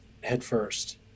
headfirst